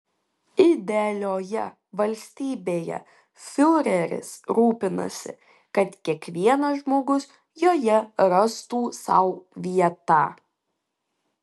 idealioje valstybėje fiureris rūpinasi kad kiekvienas žmogus joje rastų sau vietą